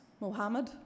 Mohammed